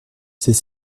c’est